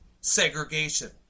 segregation